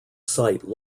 site